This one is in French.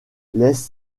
laisse